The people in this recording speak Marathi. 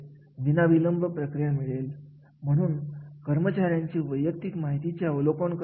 जास्त अनुभव म्हणजे कार्याच्या मूल्यमापन आम मध्ये जास्त वजन तयार होते